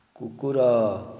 କୁକୁର